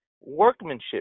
workmanship